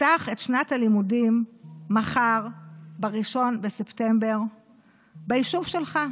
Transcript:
אפתח את שנת הלימודים מחר ב-1 בספטמבר ביישוב שלך.